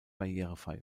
barrierefrei